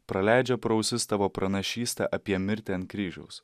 praleidžia pro ausis tavo pranašystę apie mirtį ant kryžiaus